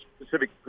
specific